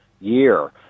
year